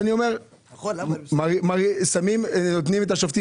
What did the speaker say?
שאנחנו מרוויחים 45,000 ברוטו,